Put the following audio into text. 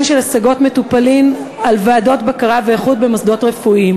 של השגות מטופלים על ועדות בקרה ואיכות במוסדות רפואיים.